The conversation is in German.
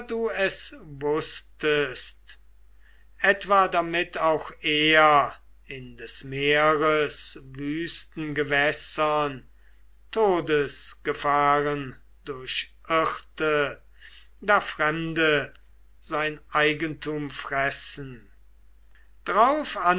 es wußtest etwa damit auch er in des meeres wüsten gewässern todesgefahren durchirrte da fremde sein eigentum fressen drauf